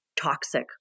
toxic